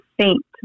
saint